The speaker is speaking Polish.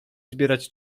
zbierać